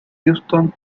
houston